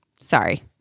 Sorry